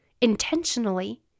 intentionally